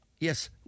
Yes